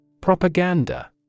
Propaganda